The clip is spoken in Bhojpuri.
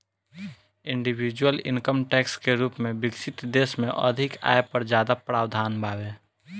इंडिविजुअल इनकम टैक्स के रूप में विकसित देश में अधिक आय पर ज्यादा प्रावधान बावे